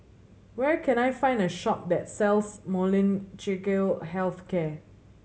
where can I find a shop that sells Health Care